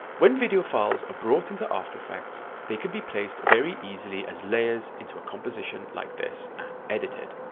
when video files are brought into after effects they can be placed very easily as layers into a composition like this and edited.